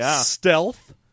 stealth